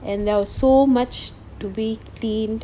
and there was so much to be cleaned